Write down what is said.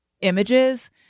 images